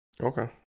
Okay